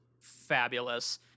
fabulous